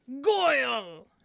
Goyle